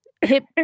hip